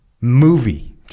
movie